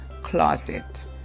closet